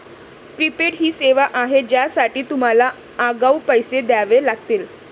prepaid ही सेवा आहे ज्यासाठी तुम्हाला आगाऊ पैसे द्यावे लागतील